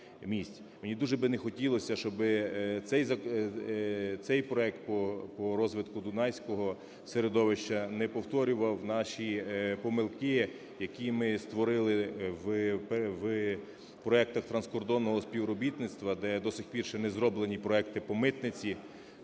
Мені дуже би не хотілося, щоб цей проект по розвитку Дунайського середовища не повторював наші помилки, які ми створили в проектах транскордонного співробітництва, де до сих пір ще не зроблені проекти по митниці,